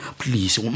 please